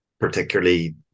particularly